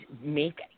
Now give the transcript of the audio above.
make